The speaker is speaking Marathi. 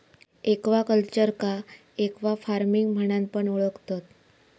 एक्वाकल्चरका एक्वाफार्मिंग म्हणान पण ओळखतत